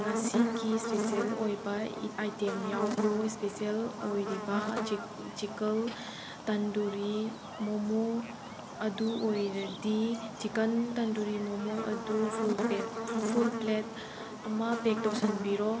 ꯉꯁꯤꯒꯤ ꯏꯁꯄꯤꯁꯦꯜ ꯑꯣꯏꯕ ꯑꯥꯏꯇꯦꯝ ꯌꯥꯎꯕ꯭ꯔꯣ ꯏꯁꯄꯤꯁꯦꯜ ꯑꯣꯏꯔꯤꯕ ꯆꯤꯛꯀꯟ ꯇꯟꯗꯨꯔꯤ ꯃꯣꯃꯣ ꯑꯗꯨ ꯑꯣꯏꯔꯗꯤ ꯆꯤꯛꯀꯟ ꯇꯟꯗꯨꯔꯤ ꯃꯣꯃꯣ ꯑꯗꯨ ꯐꯨꯜ ꯄꯦꯛ ꯐꯨꯜ ꯄ꯭ꯂꯦꯠ ꯑꯃ ꯄꯦꯛ ꯇꯧꯁꯤꯟꯕꯤꯔꯣ